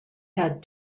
had